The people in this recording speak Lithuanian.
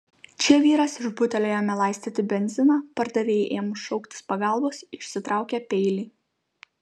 čia vyras iš butelio ėmė laistyti benziną pardavėjai ėmus šauktis pagalbos išsitraukė peilį